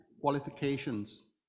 qualifications